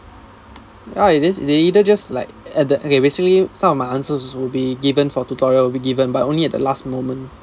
ya it is they either just like at the okay basically some of my answers will be given for tutorial will be given but only at the last moment